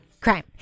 Crime